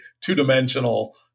two-dimensional